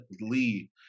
Lee